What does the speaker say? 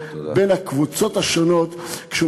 בין הקבוצות השונות בתוך מדינת ישראל כשהוא